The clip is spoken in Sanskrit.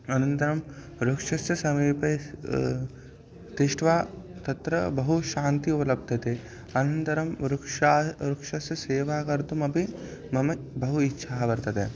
अनन्तरं वृक्षस्य समीपे तिष्ट्वा तत्र बहु शान्तिः उपलभ्यते अनन्तरं वृक्षः वृक्षस्य सेवां कर्तुमपि मम बहु इच्छा वर्तते